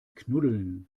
knuddeln